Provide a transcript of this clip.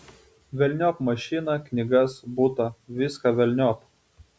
velniop mašiną knygas butą viską velniop